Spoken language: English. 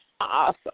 Awesome